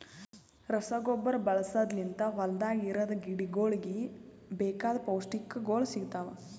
ರಸಗೊಬ್ಬರ ಬಳಸದ್ ಲಿಂತ್ ಹೊಲ್ದಾಗ ಇರದ್ ಗಿಡಗೋಳಿಗ್ ಬೇಕಾಗಿದ್ ಪೌಷ್ಟಿಕಗೊಳ್ ಸಿಗ್ತಾವ್